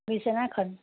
বিছনাখন